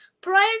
Prior